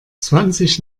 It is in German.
zwanzig